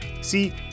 See